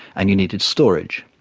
and you needed storage.